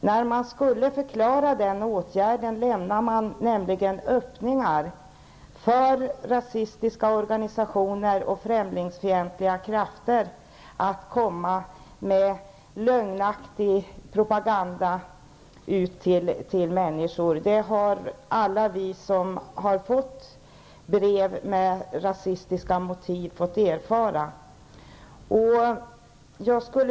När man skulle förklara åtgärden lämnade man nämligen öppningar för rasistiska organisationer och främlingsfientliga krafter att komma med lögnaktig propaganda till människor. Alla vi som har fått brev med rasistiska motiv har fått erfara det.